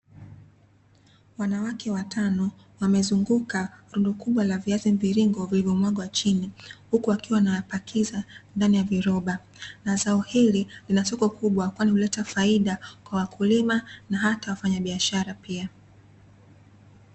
Wanawake watano wamezunguka rundo kubwa la viazi mviringo vilivyo mwagwa chini huku wakiwa wanapakiza ndani ya viroba, na zao hili lina soko kubwa kwani huleta faida kwa wakulima na hata wafanya biashara pia.